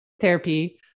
therapy